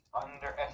Underestimate